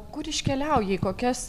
kur iškeliauja į kokias